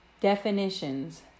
Definitions